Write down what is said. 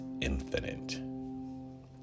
infinite